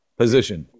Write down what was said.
position